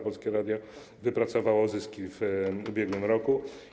Polskie Radio wypracowało zyski w ubiegłym roku.